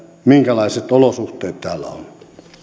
minkälaiset olosuhteet täällä on